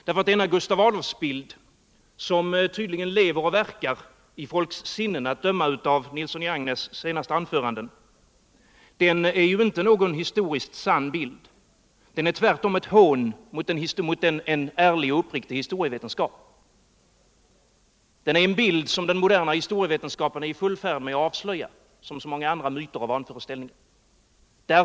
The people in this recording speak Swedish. Denna Gustav Adolfsbild — som tydligen lever och verkar i folks sinnen att döma av herr Nilssons i Agnäs senaste anförande — är inte någon historiskt sannbild, den är tvärtom ett hån mot en ärlig och uppriktig historievetenskap. Den är en bild som den moderna historievetenskapen är i full färd att avslöja, som man gjort med så många andra myter och vanföreställningar.